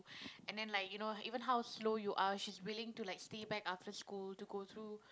and then like you know even how slow you are she's willing to like stay back after school to go through